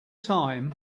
time